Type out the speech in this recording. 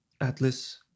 Atlas